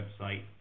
website